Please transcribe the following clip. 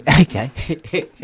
Okay